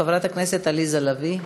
חברת הכנסת עליזה לביא.